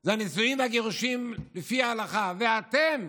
זה הנישואים והגירושים לפי ההלכה, ואתם,